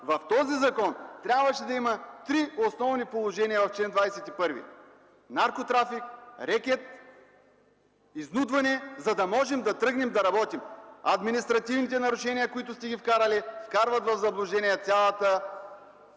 в този закон в чл. 21 трябваше да има три основни положения – наркотрафик, рекет, изнудване, за да можем да тръгнем да работим. Ами административните нарушения, които сте вкарали, вкарват в заблуждение цялото